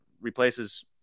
replaces